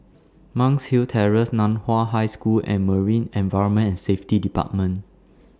Monk's Hill Terrace NAN Hua High School and Marine Environment and Safety department